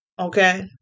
Okay